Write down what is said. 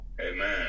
Amen